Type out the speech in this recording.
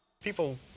People